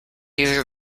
either